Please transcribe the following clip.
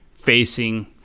facing